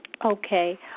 Okay